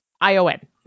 I-O-N